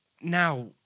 Now